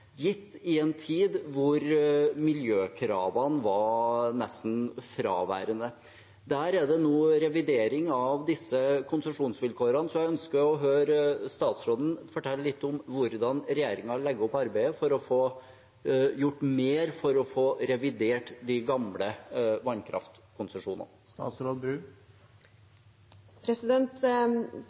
en tid da miljøkravene var nesten fraværende. Det er nå en revidering av disse konsesjonsvilkårene, så jeg ønsker å høre statsråden fortelle litt om hvordan regjeringen legger opp arbeidet for å få gjort mer for å få revidert de gamle vannkraftkonsesjonene.